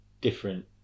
different